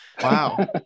Wow